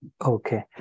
Okay